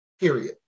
period